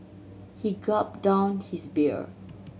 he gulped down his beer